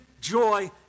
joy